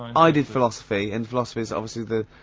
i. i did philosophy, and philosophy's obviously the,